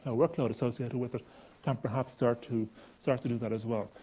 ah workload associated with it can perhaps start to start to do that as well.